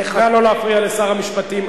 נא לא להפריע לשר המשפטים.